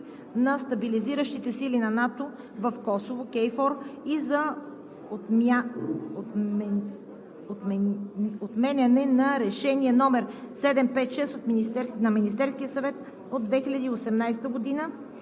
на Стабилизиращите сили на НАТО в Косово – КФОР, и за отменяне на Решение № 756 на Министерския съвет от 2018 г.